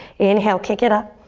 inhale, kick it up.